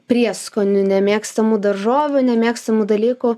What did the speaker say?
prieskonių nemėgstamų daržovių nemėgstamų dalykų